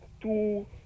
two